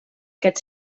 aquest